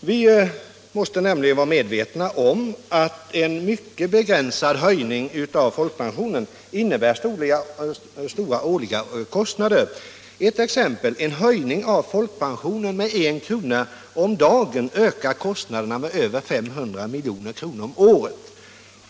Vi måste nämligen vara medvetna om att en mycket begränsad höjning av folkpensionen innebär stora årliga kostnader. Ett exempel: En höjning av folkpensionen med I kr. om dagen ökar kostnaderna med över 500 milj.kr. om året.